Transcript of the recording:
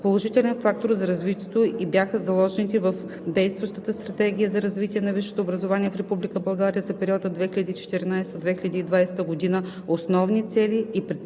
Положителен фактор за развитието ѝ бяха заложените в действащата Стратегия за развитие на висшето образование в Република България за периода 2014 –2020 г. основни цели и предприетите